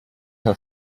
her